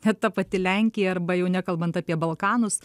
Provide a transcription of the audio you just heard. net ta pati lenkija arba jau nekalbant apie balkanus